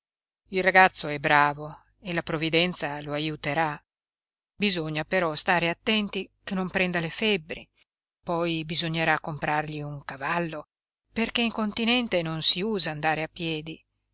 il ragazzo è bravo e la provvidenza lo aiuterà bisogna però stare attenti che non prenda le febbri poi bisognerà comprargli un cavallo perché in continente non si usa andare a piedi